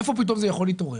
איפה פתאום זה יכול להתעורר?